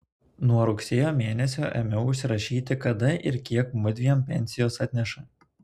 nuo rugsėjo mėnesio ėmiau užsirašyti kada ir kiek mudviem pensijos atneša